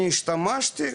אני השתמשתי,